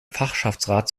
fachschaftsrat